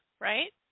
Right